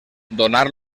donar